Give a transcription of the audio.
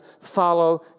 follow